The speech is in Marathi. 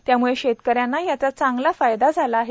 त्याम्ळं शेतकऱ्यांना याचा चांगला फायदा झाला आहे